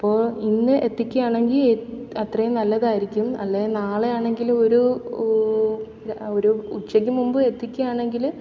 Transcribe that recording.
അപ്പോൾ ഇന്ന് എത്തിക്കയാണെങ്കിൽ ഏ അത്രയും നല്ലതായിരിക്കും അല്ലേ നാളെയാണെങ്കിലൊരൂ ഒരു ഉച്ചക്ക് മുൻപെത്തിക്കുകയാണെങ്കിൽ